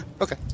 okay